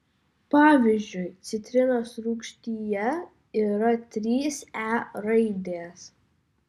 pavyzdžiui citrinos rūgštyje yra trys e raidės